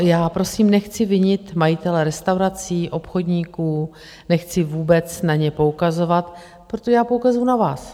Já prosím nechci vinit majitele restaurací, obchodníků, nechci vůbec na ně poukazovat, protože já poukazuji na vás.